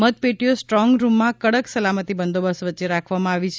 મતપેટીઓ strong રૂમમાં કડક સલામતિ બંદોબસ્ત વચ્ચે રાખવામાં આવી છે